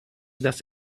dass